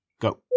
Go